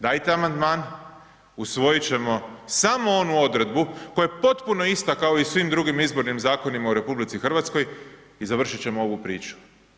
Dajte amandman, usvojit ćemo samo onu odredbu koja je potpuno ista kao i u svim drugim izbornim zakonima u RH i završit ćemo ovu priču.